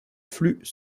flux